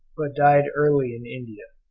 but died early in india.